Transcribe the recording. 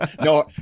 No